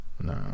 No